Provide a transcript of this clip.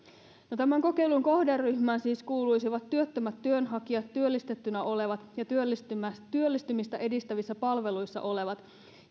tämän kokeilun kohderyhmään siis kuuluisivat työttömät työnhakijat työllistettynä olevat ja työllistymistä edistävissä palveluissa olevat